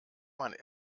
man